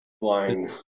Flying